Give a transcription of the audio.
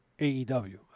AEW